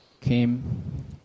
came